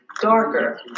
darker